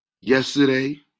Yesterday